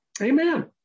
amen